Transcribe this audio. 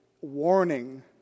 warning